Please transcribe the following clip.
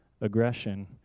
aggression